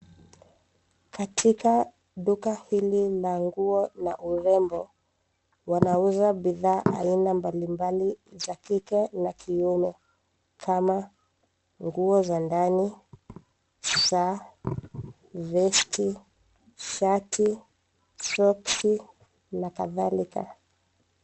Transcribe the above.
Katika duka hili la nguo na urembo, wanauza bidhaa aina mbali mbali za kike na kiume, kama nguo za ndani, saa, vesti, shati, soksi, na kadhalika.